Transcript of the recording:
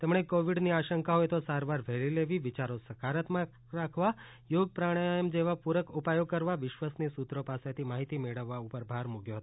તેમણે કોવીડની આશંકા હોય તો સારવાર વહેલી લેવી વિયારો સકારાત્મક રાખવા યોગ પ્રાણાયમ જેવા પૂરક ઉપાયો કરવા વિશ્વસનીય સૂત્રો પાસેથી માહિતી મેળવવા ઉપર ભાર મૂકયો હતો